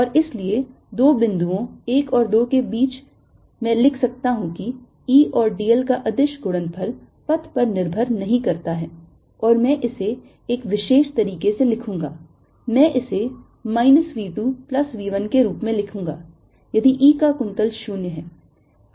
और इसलिए दो बिंदुओं 1 और 2 के बीच मैं लिख सकता हूं कि E और dl का अदिश गुणनफल पथ पर निर्भर नहीं करता है और मैं इसे एक विशेष तरीके से लिखूंगा मैं इसे minus v 2 plus v 1 के रूप में लिखूंगा यदि E का कुंतल 0 है